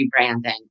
rebranding